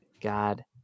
God